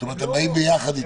זאת אומרת, הם באים ביחד איתם?